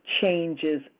changes